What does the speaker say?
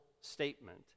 statement